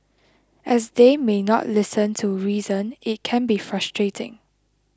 as they may not listen to reason it can be frustrating